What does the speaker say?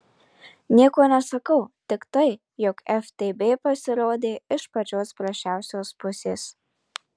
nieko nesakau tik tai jog ftb pasirodė iš pačios prasčiausios pusės